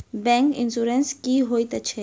Bank insurance की होइत छैक?